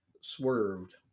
swerved